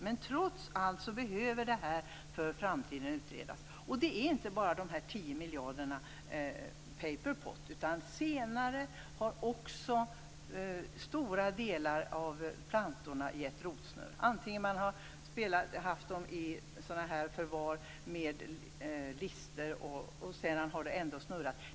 Men trots allt behöver det här utredas för framtiden. Det handlar inte bara om dessa 10 miljarder paperpot, utan senare har också stora delar av plantorna gett rotsnurr. Även om man har haft dem i förvar med lister har det ändå snurrat.